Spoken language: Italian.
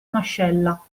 mascella